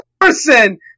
person